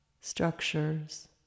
structures